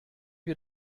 wir